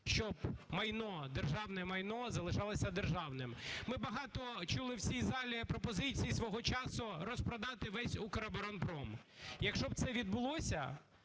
щоб майно, державне майно, залишалося державним. Ми багато чули в цій залі пропозицій свого часу розпродати весь Укроборонпром. Якщо б це відбулося,